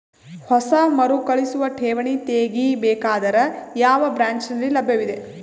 ಹೊಸ ಮರುಕಳಿಸುವ ಠೇವಣಿ ತೇಗಿ ಬೇಕಾದರ ಯಾವ ಬ್ರಾಂಚ್ ನಲ್ಲಿ ಲಭ್ಯವಿದೆ?